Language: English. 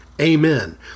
amen